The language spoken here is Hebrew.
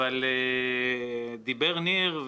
דיבר ניר,